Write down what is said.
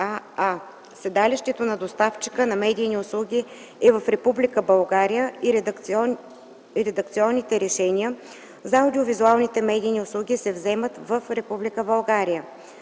седалището на доставчика на медийни услуги е в Република България и редакционните решения за аудиовизуалните медийни услуги се вземат в Република България;